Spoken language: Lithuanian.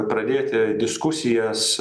pradėti diskusijas